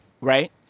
Right